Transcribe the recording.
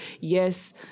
Yes